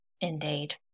Indeed